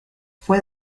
fue